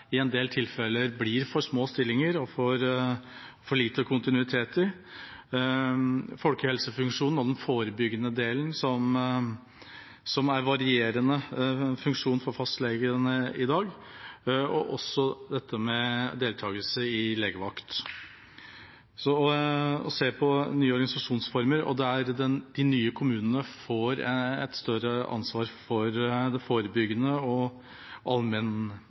i en del tilfeller har for små stillingsbrøker og for lite kontinuitet. I tillegg har vi folkehelsefunksjonen og den forebyggende delen, som har en varierende funksjon for fastlegene i dag, og også dette med deltagelse i legevakt. Vi må se på nye organisasjonsformer der de nye kommunene får et større ansvar for det forebyggende og